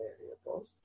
variables